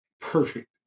perfect